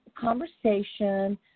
conversation